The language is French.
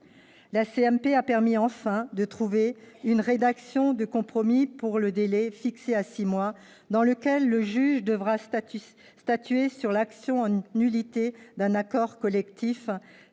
a permis de trouver une rédaction de compromis pour le délai, fixé à six mois, dans lequel le juge devra statuer sur l'action en nullité d'un accord collectif.